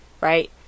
right